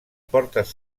portes